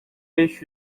beş